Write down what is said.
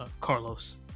Carlos